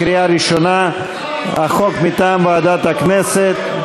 מטעם ועדת הכנסת,